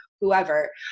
whoever